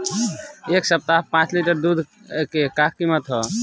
एह सप्ताह पाँच लीटर दुध के का किमत ह?